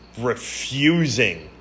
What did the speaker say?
Refusing